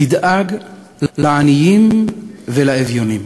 תדאג לעניים ולאביונים.